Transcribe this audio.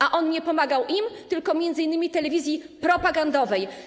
A on nie pomagał im, tylko m.in. telewizji propagandowej.